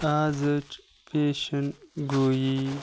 آزٕچ پیشَن گویی